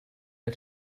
der